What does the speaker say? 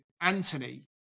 Anthony